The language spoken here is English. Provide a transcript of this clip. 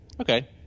Okay